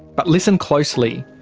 but listen closely,